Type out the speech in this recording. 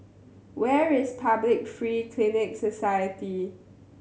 where is Public Free Clinic Society